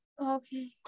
Okay